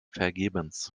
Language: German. vergebens